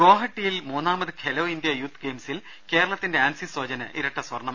ഗോഹട്ടിയിൽ മൂന്നാമത് Khelo India youth ഗെയിംസിൽ കേരളത്തിന്റെ ആൻസി സോജന് ഇരട്ട സ്വർണ്ണം